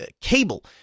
cable